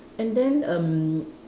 and then erm